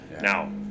Now